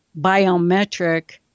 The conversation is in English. biometric